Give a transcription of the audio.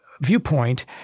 viewpoint